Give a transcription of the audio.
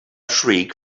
shriek